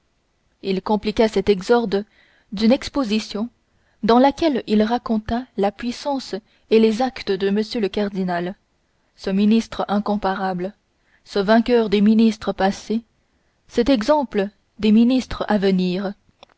il compliqua cet exorde d'une exposition dans laquelle il raconta la puissance et les actes de m le cardinal ce ministre incomparable ce vainqueur des ministres passés cet exemple des ministres à venir